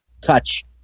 touch